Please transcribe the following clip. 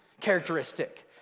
characteristic